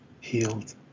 healed